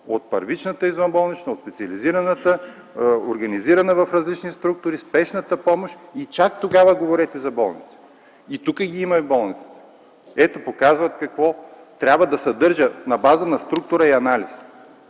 от първичната извънболнична, от специализираната, организирана в различни структури, спешната помощ и чак тогава говорете за болници. И тук ги има болниците. Ето, показва се какво трябва да съдържат на база на структура и анализ.